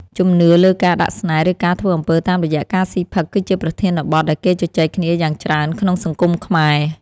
ជំនឿលើការដាក់ស្នេហ៍ឬការធ្វើអំពើតាមរយៈការស៊ីផឹកគឺជាប្រធានបទដែលគេជជែកគ្នាយ៉ាងច្រើនក្នុងសង្គមខ្មែរ។